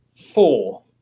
Four